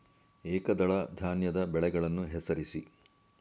ಏಕದಳ ಧಾನ್ಯದ ಬೆಳೆಗಳನ್ನು ಹೆಸರಿಸಿ?